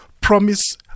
promise